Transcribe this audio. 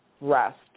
rest